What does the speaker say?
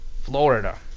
Florida